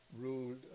ruled